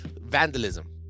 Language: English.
vandalism